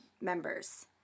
members